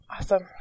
awesome